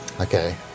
Okay